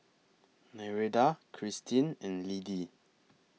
Nereida Kristin and Liddie